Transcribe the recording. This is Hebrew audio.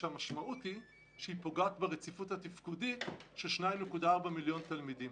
כשהמשמעות היא שהיא פוגעת ברציפות התפקודית של 2.4 מיליון תלמידים.